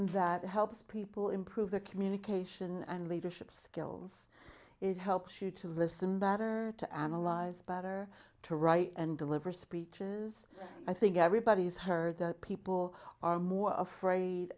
that helps people improve their communication and leadership skills it helps you to listen better to analyze better to write and deliver speeches i think everybody's heard that people are more afraid